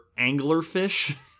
anglerfish